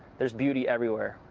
there's beauty everywhere.